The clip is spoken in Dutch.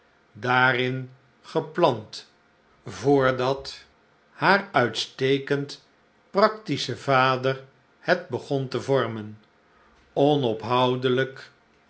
daarin geplant voordat haar uitstekend practische vaderhet begon te vormen onophoudelijk